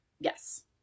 Yes